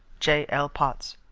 j l. potts.